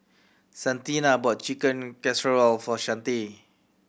Santina bought Chicken Casserole for Shante